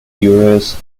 puris